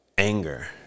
Anger